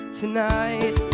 tonight